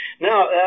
Now